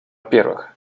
первых